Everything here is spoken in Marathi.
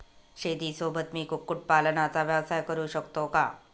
शेतीसोबत मी कुक्कुटपालनाचा व्यवसाय करु शकतो का?